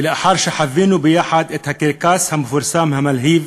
ולאחר שחווינו יחד את הקרקס המפורסם, המלהיב,